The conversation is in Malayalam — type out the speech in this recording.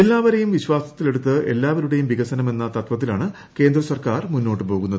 എല്ലാവരെയും വിശ്വാസത്തിലെടുത്ത് എല്ലാവരുടെയും വികസനം എന്ന തത്വത്തിലാണ് കേന്ദ്ര സർക്കാർ മുന്നോട്ട് പോകുന്നത്